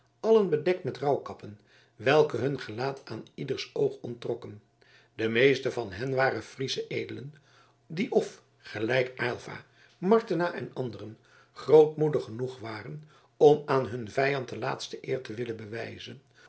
allen bedekt met rouwkappen welke hun gelaat aan ieders oog onttrokken de meesten van hen waren friesche edelen die of gelijk aylva martena en anderen grootmoedig genoeg waren om aan hun vijand de laatste eer te willen bewijzen